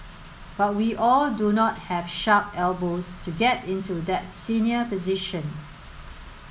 but we all do not have sharp elbows to get into that senior position